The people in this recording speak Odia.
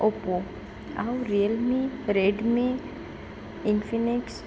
ଓପୋ ଆଉ ରିଏଲମି ରେଡ଼ମି ଇନଫିନିକ୍ସ